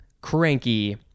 cranky